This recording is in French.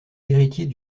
héritiers